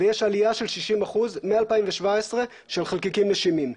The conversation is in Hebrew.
ויש עליה של 60% מ-2017 של חלקיקים נשימים.